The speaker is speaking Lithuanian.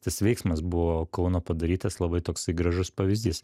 tas veiksmas buvo kauno padarytas labai toksai gražus pavyzdys